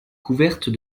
couverte